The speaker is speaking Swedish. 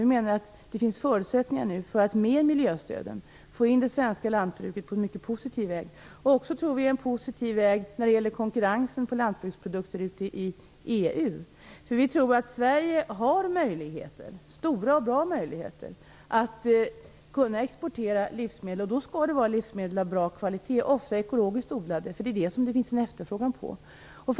Vi anser att det med miljöstöden finns förutsättningar att få in det svenska lantbruket på en mycket positiv väg och även på en positiv väg när det gäller konkurrensen på lantbruksprodukter i EU. Vi tror att Sverige har stora och bra möjligheter att exportera livsmedel, och då skall det vara livsmedel av bra kvalitet som ofta är ekologiskt odlade. Det finns en efterfrågan på det.